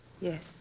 Yes